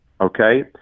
Okay